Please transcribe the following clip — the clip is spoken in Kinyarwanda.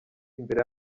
imbere